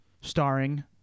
Starring